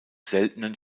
seltenen